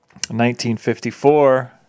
1954